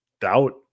doubt